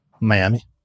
Miami